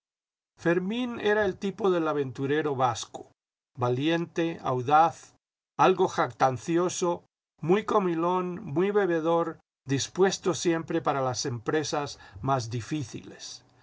fermín era el tipo del aventurero vasco valiente audaz algo jactancioso muy comilón muy bebedor dispuesto siempre para las empresas más difíciles